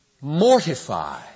mortify